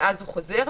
חזר,